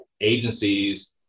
agencies